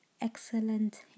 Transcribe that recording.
excellent